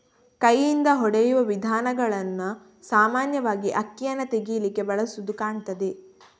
ಕೈಯಿಂದ ಹೊಡೆಯುವ ವಿಧಾನಗಳನ್ನ ಸಾಮಾನ್ಯವಾಗಿ ಅಕ್ಕಿಯನ್ನ ತೆಗೀಲಿಕ್ಕೆ ಬಳಸುದು ಕಾಣ್ತದೆ